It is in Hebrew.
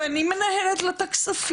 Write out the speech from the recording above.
ואני מנהלת לה את הכספים,